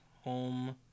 home